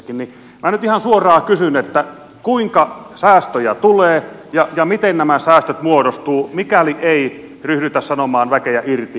minä nyt ihan suoraan kysyn kuinka säästöjä tulee ja miten nämä säästöt muodostuvat mikäli ei ryhdytä sanomaan väkeä irti